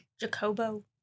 Jacobo